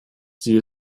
sie